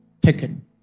taken